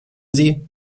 sie